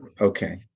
okay